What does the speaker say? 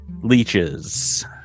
leeches